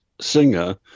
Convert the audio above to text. singer